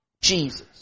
Jesus